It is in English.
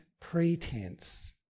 pretense